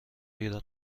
ایران